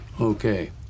okay